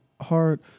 hard